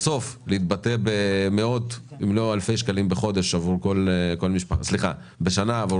בסוף להתבטא במאות אם לא אלפי שקלים בשנה עבור כל משפחה כזאת.